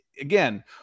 again